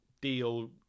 deal